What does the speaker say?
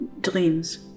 dreams